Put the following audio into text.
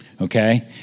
Okay